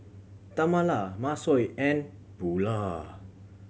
Tamala Masao and Bulah